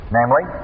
Namely